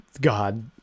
God